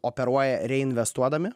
operuoja reinvestuodami